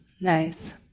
Nice